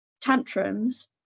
tantrums